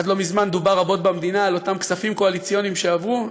עד לא מזמן דובר רבות במדינה על אותם כספים קואליציוניים שעברו,